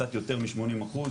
קצת יותר מ-80 אחוז,